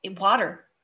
water